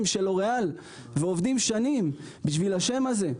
של לוריאל ועובדים שנים בשביל השם הזה,